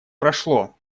прошло